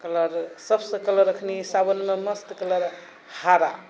colour सबसँ colour अखनी सावनमे मस्त कलर हरा